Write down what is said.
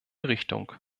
richtung